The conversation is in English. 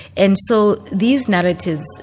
and so these narratives,